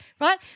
right